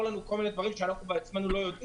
לנו כל מיני דברים שאנחנו בעצמנו לא יודעים.